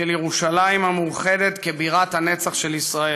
של ירושלים המאוחדת כבירת הנצח של ישראל.